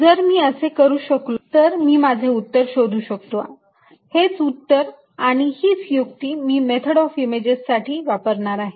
जर मी असे करू शकलो तर मी माझे उत्तर शोधू शकतो हेच उत्तर आणि हीच युक्ती मी मेथड ऑफ इमेजेस साठी वापरणार आहे